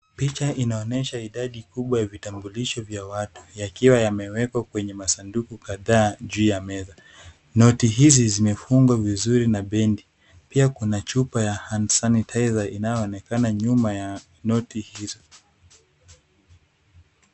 Picha inaonyesha idadi kubwa ya vitambulisho vya watu yakiwa yamewekwa kwenye masanduku kadhaa juu ya meza. Noti hizi zimefungwa vizuri na bendi. Pia kuna chupa ya hand sanitizer inayoonekana nyuma ya noti hizo.